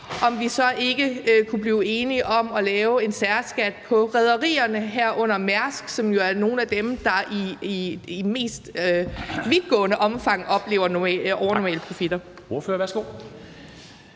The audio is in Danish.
om vi så ikke kunne blive enige om at lave en særskat på rederierne, herunder Mærsk, som jo er nogle af dem, der i vidt omfang oplever overnormale profitter. Kl.